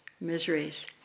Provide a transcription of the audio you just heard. miseries